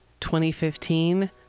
2015